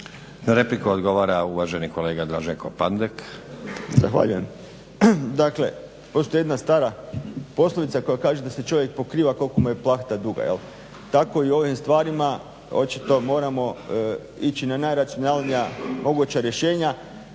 Na repliku odgovara uvaženi kolega Draženko Pandek. **Pandek, Draženko (SDP)** Zahvaljujem. Dakle, postoji jedna stara poslovica koja kaže da se čovjek pokriva koliko mu je plahta duga. Tako i u ovim stvarima očito moramo ići na najracionalnija moguća rješenja.